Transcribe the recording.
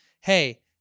Hey